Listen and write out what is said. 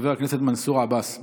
חבר הכנסת מנסור עבאס,